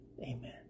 Amen